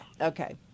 okay